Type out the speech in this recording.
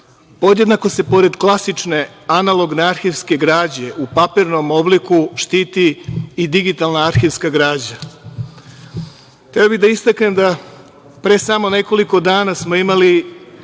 nalazi. Podjednako se, pored klasične analogne arhivske građe, u papirnom obliku štiti i digitalna arhivska građa. Hteo bih da istaknem da pre samo nekoliko dana smo imali